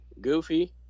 Goofy